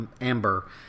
Amber